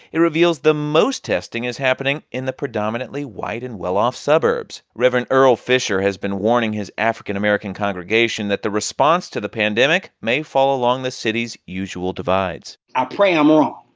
it reveals the most testing is happening in the predominantly white and well-off suburbs. reverend earle fisher has been warning his african american congregation that the response to the pandemic may fall along the city's usual divides i pray i'm ah